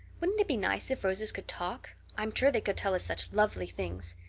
wouldn't it be nice if roses could talk? i'm sure they could tell us such lovely things.